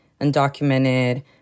undocumented